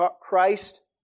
Christ